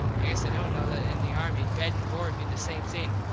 i guess they dont know that in the army bed and board mean the same thing.